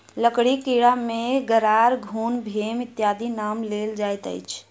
लकड़ीक कीड़ा मे गरार, घुन, भेम इत्यादिक नाम लेल जाइत अछि